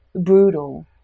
brutal